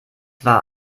war